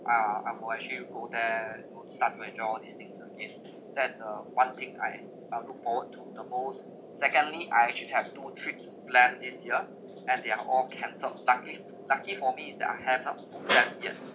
ah I'm will actually go there would start to enjoy all these things again that's the one thing I I look forward to the most secondly I should have two trips planned this year and they are all cancelled lucky lucky for me is that I have not book them yet